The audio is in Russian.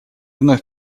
вновь